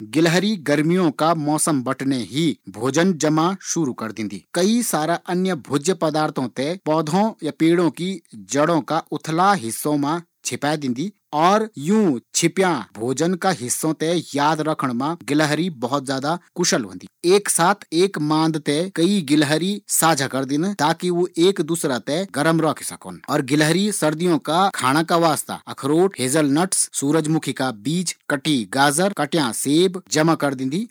गिलहरी गर्मियों बटीन सर्दियों का भोजन ते इकठ्ठा कन्न शुरू कर दिन्दी, ये का वास्ता वाला पेड़ो की जड़ खोखला हिस्सा घर और घर का भीतर का छेदो मा अलग अलग प्रकार का भोजन ते संभाल दिन्दी और उंकी यादाश्त भोजन ते खोजण मा बहुत तेज होंदी